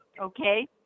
okay